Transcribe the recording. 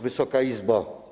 Wysoka Izbo!